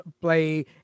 play